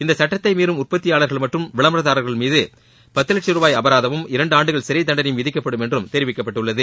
இந்த சுட்டத்தை மீறும் உற்பத்தியாளர்கள் மற்றும் விளம்பரதாரர்கள் மீது பத்து லட்சம் ரூபாய் அபராதமும் இரண்டு ஆண்டுகள் சிறை தண்டனையும் விதிக்கப்படும் என்று தெரிவிக்கப்பட்டுள்ளது